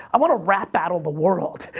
i wanna rap battle the world,